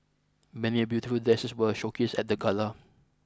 many beautiful dresses were showcased at the gala